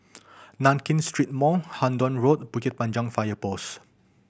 Nankin Street Mall Hendon Road Bukit Panjang Fire Post